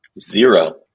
zero